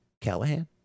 Callahan